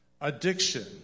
addiction